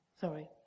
Sorry